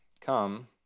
Come